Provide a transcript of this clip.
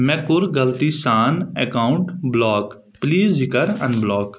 مےٚ کوٚر غلطی سان اکاونٹ بلاک پلیٖز یہِ کَر ان بلاک